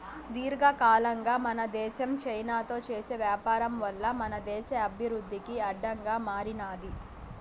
దీర్ఘకాలంగా మన దేశం చైనాతో చేసే వ్యాపారం వల్ల మన దేశ అభివృద్ధికి అడ్డంగా మారినాది